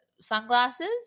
Sunglasses